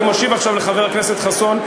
אני משיב עכשיו לחבר הכנסת חסון,